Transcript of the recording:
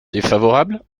défavorable